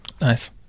Nice